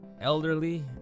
elderly